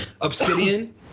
obsidian